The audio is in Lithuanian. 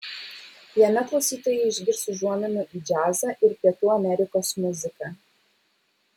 jame klausytojai išgirs užuominų į džiazą ir pietų amerikos muziką